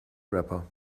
rapper